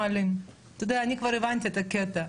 אנחנו עושים מאמצים גדולים מאוד,